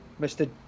Mr